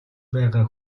байгаа